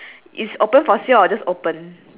mine only says designer hat pins that means you have